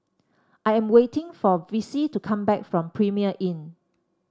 I am waiting for Vicy to come back from Premier Inn